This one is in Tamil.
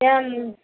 தேவை இல்லீங்க